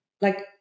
like-